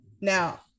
Now